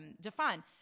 define